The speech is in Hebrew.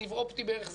סיב אופטי בערך,